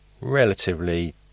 relatively